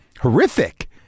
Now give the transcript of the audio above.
horrific